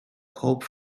pob